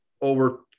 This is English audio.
over